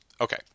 Okay